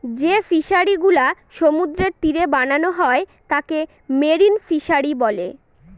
যে ফিশারিগুলা সমুদ্রের তীরে বানানো হয় তাকে মেরিন ফিশারী বলে